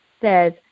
says